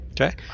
Okay